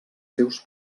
seus